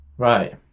Right